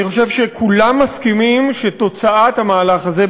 אני חושב שכולם מסכימים שתוצאת המהלך הזה,